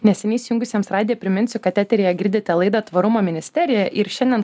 neseniai įsijungusiems radiją priminsiu kad eteryje girdite laidą tvarumo ministerija ir šiandien